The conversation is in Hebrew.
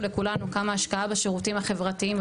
לכולנו כמה השקעה בשירותים החברתיים,